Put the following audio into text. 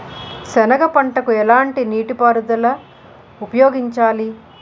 సెనగ పంటకు ఎలాంటి నీటిపారుదల ఉపయోగించాలి?